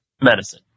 medicine